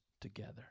together